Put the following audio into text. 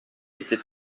était